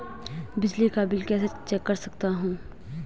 बिजली का बिल कैसे चेक कर सकता हूँ?